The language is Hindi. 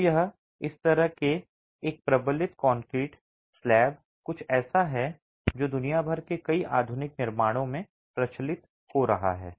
तो इस तरह के एक प्रबलित ईंट कंक्रीट स्लैब कुछ ऐसा है जो दुनिया भर में कई आधुनिक निर्माणों में प्रचलित हो रहा है